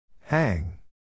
Hang